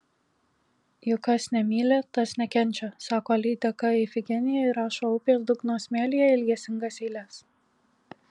juk kas nemyli tas nekenčia sako lydeka ifigenija ir rašo upės dugno smėlyje ilgesingas eiles